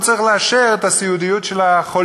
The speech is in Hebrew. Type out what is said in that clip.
הוא צריך לאשר את הסיעודיות של החולה.